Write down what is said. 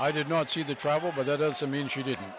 i did not see the travel but that doesn't mean she didn't